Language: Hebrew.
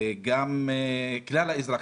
כלל האזרחים,